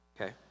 Okay